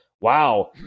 wow